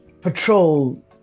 patrol